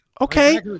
Okay